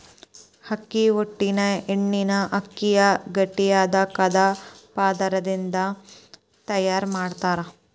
ಅಕ್ಕಿ ಹೊಟ್ಟಿನ ಎಣ್ಣಿನ ಅಕ್ಕಿಯ ಗಟ್ಟಿಯಾದ ಕಂದ ಪದರದಿಂದ ತಯಾರ್ ಮಾಡ್ತಾರ